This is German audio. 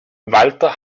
walter